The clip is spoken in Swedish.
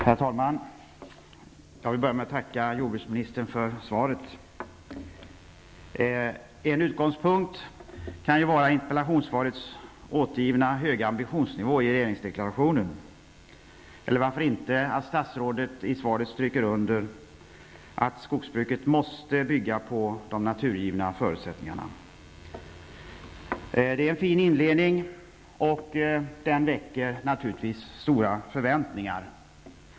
Herr talman! Jag vill börja med att tacka jordbruksministern för svaret. En utgångspunkt kan vara den i interpellationssvaret åberopade höga ambitionsnivån i regeringsdeklarationen eller varför inte att statsrådet i svaret stryker under att skogsbruket måste bygga på de naturgivna förutsättningarna. Det är en fin inledning, och den väcker naturligtvis stora förväntningar.